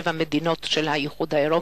מיליון אירופים מ-27 מדינות של האיחוד האירופי.